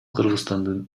кыргызстандын